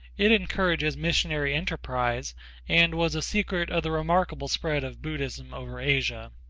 it encourages missionary enterprise and was a secret of the remarkable spread of buddhism over asia.